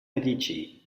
medici